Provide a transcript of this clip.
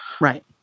Right